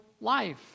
life